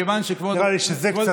נראה לי שזה קצת,